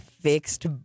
fixed